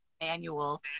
manual